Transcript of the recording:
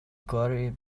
corey